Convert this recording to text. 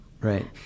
right